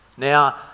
Now